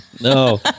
No